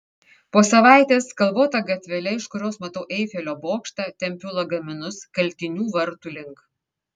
po savaitės kalvota gatvele iš kurios matau eifelio bokštą tempiu lagaminus kaltinių vartų link